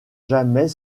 jamais